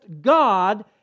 God